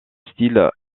style